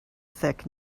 thick